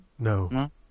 No